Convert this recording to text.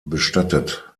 bestattet